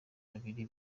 babiri